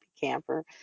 camper